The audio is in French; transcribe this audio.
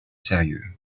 sérieux